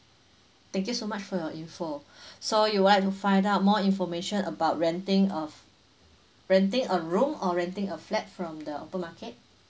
thank you so much for your info so you want to find out more information about renting of renting a room or renting a flat from the open market